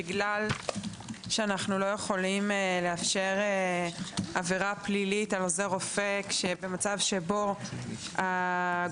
בגלל שאנחנו לא יכולים לאפשר עבירה פלילית על עוזר רופא במצב שבו הגורם